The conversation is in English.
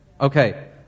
Okay